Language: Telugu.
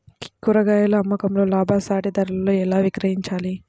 కూరగాయాల అమ్మకంలో లాభసాటి ధరలలో ఎలా విక్రయించాలి?